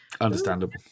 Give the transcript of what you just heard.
Understandable